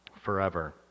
forever